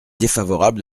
défavorable